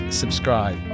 subscribe